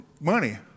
money